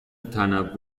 تنوع